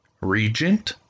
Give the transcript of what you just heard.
regent